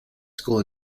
school